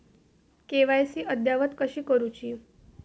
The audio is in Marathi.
के.वाय.सी अद्ययावत कशी करुची?